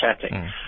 chatting